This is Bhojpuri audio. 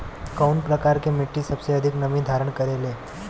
कउन प्रकार के मिट्टी सबसे अधिक नमी धारण करे ले?